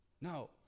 No